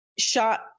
shot